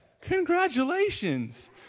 congratulations